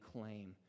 claim